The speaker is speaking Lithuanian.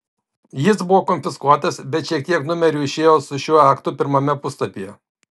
jis buvo konfiskuotas bet šiek tiek numerių išėjo su šiuo aktu pirmame puslapyje